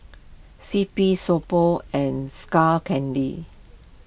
C P So Pho and Skull Candy